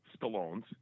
Stallones